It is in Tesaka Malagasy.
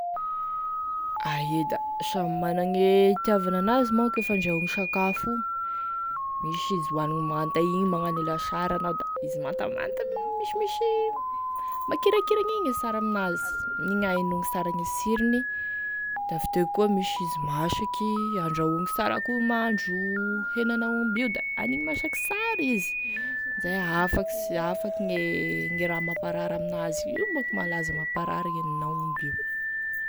A ie da samy managne hitavany an'azy monko e fandrahoa sakafo io, misy izy hoaniny manta igny magnano e lasary anao da izy mantamanta misimisy makirakiragny igny e sara amin'azy, igny ahenoagny sara gne sirony, avy teo misy izy masaky handrahoagny sara akoa mahandro henan'aomby da aniny masaky sara izy amin'izay afaka s- afaky gne raha mamparary amin'azy io manko malaza mamparary henan'aomby io.